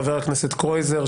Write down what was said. חבר הכנסת קרויזר,